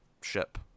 ship